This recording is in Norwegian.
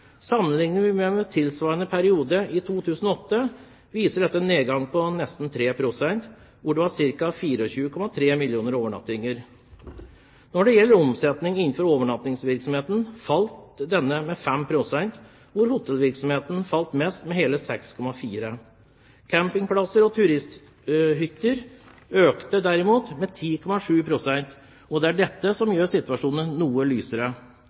Sammenligner vi med tilsvarende periode i 2008, da det var ca. 24,3 mill. overnattinger, viser dette en nedgang på nesten 3 pst. Når det gjelder omsetningen innenfor overnattingsvirksomheten, falt denne med 5 pst. Hotellvirksomheten falt mest, med hele 6,4 pst. Campingplasser og turisthytter økte derimot omsetningen med 10,7 pst., og det er dette som gjør situasjonen noe lysere.